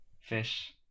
fish